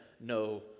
no